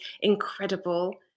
incredible